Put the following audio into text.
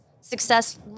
success